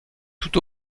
tout